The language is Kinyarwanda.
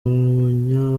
munya